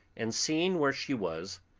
and seeing where she was,